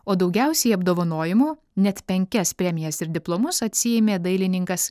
o daugiausiai apdovanojimų net penkias premijas ir diplomus atsiėmė dailininkas